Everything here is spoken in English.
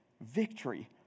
victory